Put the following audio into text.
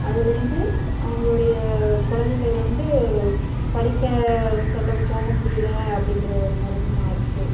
அதிலிருந்து அவங்களுடைய குழந்தைங்கள் வந்து படிக்கச் செல்ல போக முடியலை அப்படிங்கிற ஒரு நிலம மாறிச்சி